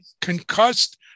concussed